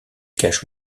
cache